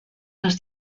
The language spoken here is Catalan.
les